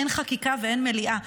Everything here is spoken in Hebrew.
אין חקיקה ואין מליאה,